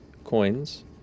Coins